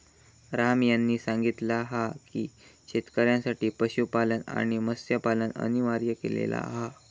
राम यांनी सांगितला हा की शेतकऱ्यांसाठी पशुपालन आणि मत्स्यपालन अनिवार्य केलेला हा